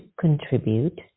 contribute